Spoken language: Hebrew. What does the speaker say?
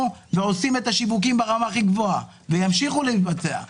ועושים את השיווקים ברמה גבוהה זה ימשיך להתבצע,